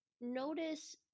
notice